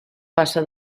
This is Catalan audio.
passa